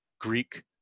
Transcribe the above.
Greek